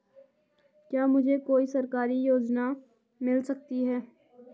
क्या मुझे कोई सरकारी योजना मिल सकती है?